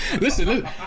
listen